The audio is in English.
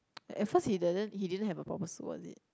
at first he doesn't he didn't have a proper suit was it